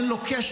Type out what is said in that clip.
אין לו קשר,